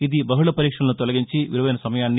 ఇది బహుళ పరీక్షలసు తొలగించి విలువైన సమయాన్ని